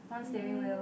yes